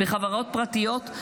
בחברות פרטיות,